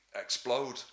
explode